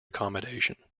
accommodation